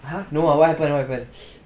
!huh! no what happen what happen